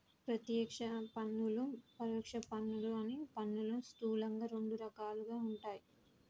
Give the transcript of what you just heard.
ప్రత్యక్ష పన్నులు, పరోక్ష పన్నులు అని పన్నులు స్థూలంగా రెండు రకాలుగా ఉంటయ్